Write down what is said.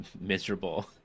miserable